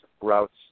routes